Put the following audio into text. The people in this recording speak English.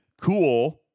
cool